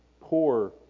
poor